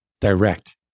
direct